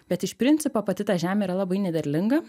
bet iš principo pati ta žemė yra labai nederlinga